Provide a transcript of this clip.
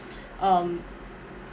um